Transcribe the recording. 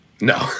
No